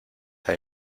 hay